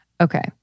okay